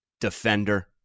defender